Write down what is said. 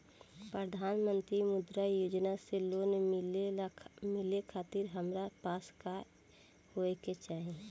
प्रधानमंत्री मुद्रा योजना से लोन मिलोए खातिर हमरा पास का होए के चाही?